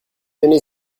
donné